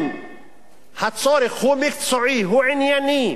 אם הצורך הוא מקצועי, הוא ענייני,